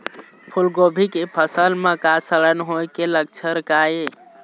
फूलगोभी के फसल म सड़न होय के लक्षण का ये?